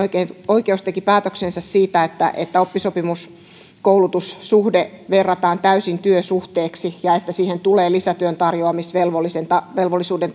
oikeus teki päätöksensä siitä että että oppisopimuskoulutussuhde verrataan täysin työsuhteeseen ja että siihen tulee lisätyön tarjoamisvelvollisuuden